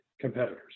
competitors